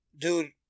dude